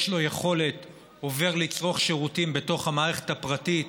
לו יכולת עובר לצרוך שירותים בתוך המערכת הפרטית,